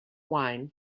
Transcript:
wine